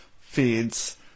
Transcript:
feeds